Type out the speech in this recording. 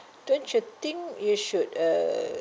don't you think you should uh